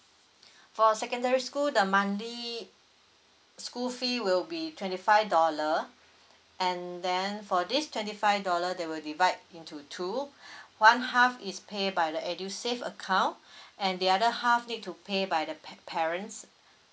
for secondary school the monthly school fee will be twenty five dollar and then for this twenty five dollar they will divide into two one half is pay by the edusave account and the other half need to pay by the pet~ parents